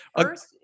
first